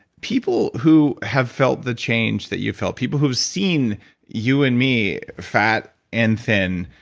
people who have felt the change that you felt, people who have seen you and me fat and thin,